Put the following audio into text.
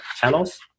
channels